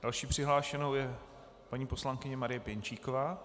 Další přihlášenou je paní poslankyně Marie Pěnčíková.